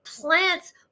plants